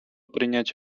принять